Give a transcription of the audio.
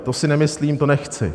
To si nemyslím, to nechci.